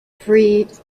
fried